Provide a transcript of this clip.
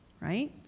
right